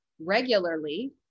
regularly